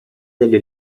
delle